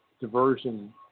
diversion